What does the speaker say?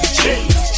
cheese